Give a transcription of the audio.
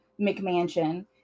McMansion